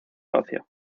ocio